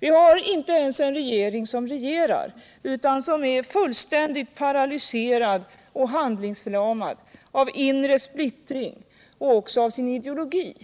Vi har inte ens en regering som regerar, utan en som är fullständigt paralyserad och handlingsförlamad av inre splittring och även av sin ideologi.